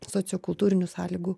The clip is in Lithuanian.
sociokultūrinių sąlygų